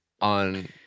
on